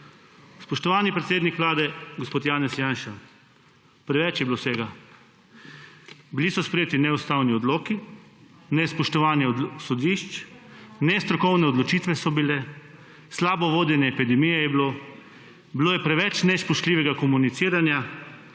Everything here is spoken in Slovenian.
Spoštovani predsednik vlade gospod Janez Janša, preveč je bilo vsega. Bili so sprejeti neustavni odloki, bilo je nespoštovanje sodišč, nestrokovne odločitve so bile , bilo je slabo vodenje epidemije, bilo je preveč nespoštljivega komuniciranja